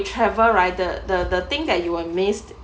travel right the the the thing that you will missed